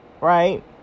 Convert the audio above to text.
Right